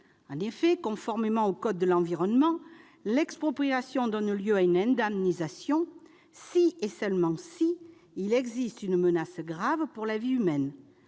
En effet, conformément au code de l'environnement, l'expropriation donne lieu à une indemnisation si, et seulement si, il existe une menace grave pour la vie humaine,